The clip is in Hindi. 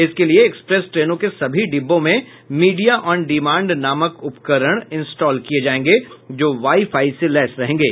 इसके लिए एक्सप्रेस ट्रेनों के सभी डिब्बों में मीडिया ऑन डिमांड नामक उपकरण इनस्टॉल किये जायेंगे जो वाई फाई से लैस रहेंगे